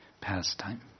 pastime